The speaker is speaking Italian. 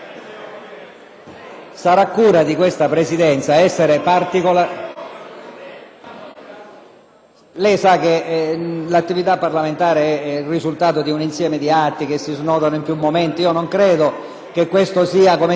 Sarà cura di questa Presidenza